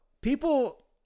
people